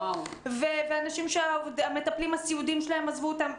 אנשים שהמטפלים הסיעודיים שלהם עזבו אותם.